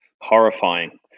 horrifying